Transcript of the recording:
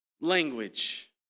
language